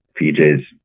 PJ's